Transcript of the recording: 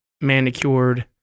manicured